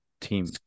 team